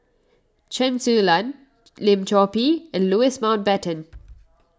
Chen Su Lan Lim Chor Pee and Louis Mountbatten